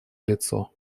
лицо